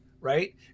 right